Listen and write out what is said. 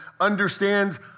understands